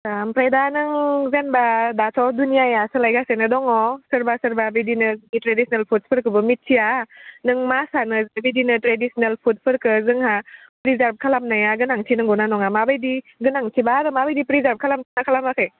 आमफ्राय दा नों जेनोबा दाथ' दुनियाया सोलायगासिनो दङ सोरबा सोरबा बिदिनो ट्रेडिसनेल फुडसफोरखोबो मिथिया नों मा सानो बिदिनो ट्रेडिसिनेल फुडफोरखो जोंहा प्रिसार्भ खालामनाया गोनाथिं नंगौना नङा माबायदि गोनांथिब्ला आरो माबायदि प्रिजार्भ खालामदोंना खालामाखै